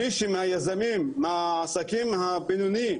מישהו מהיזמים מהעסקים הבינונים,